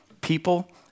People